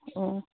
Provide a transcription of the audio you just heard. ꯑꯣ